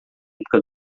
época